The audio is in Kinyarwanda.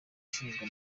ushinzwe